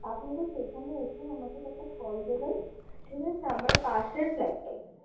আপনি জাস্ট এইখানে এসে আমাকে একটা কল দেবেন ঠিক আছে আমার পাশের ফ্ল্যাটটাই